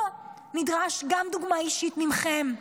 פה נדרשת גם דוגמה אישית מכם,